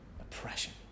oppression